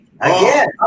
Again